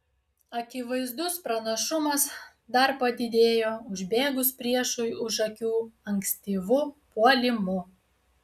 akivaizdus pranašumas dar padidėjo užbėgus priešui už akių ankstyvu puolimu